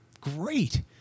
great